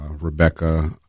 Rebecca